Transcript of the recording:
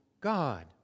God